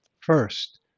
First